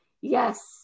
yes